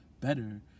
better